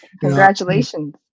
Congratulations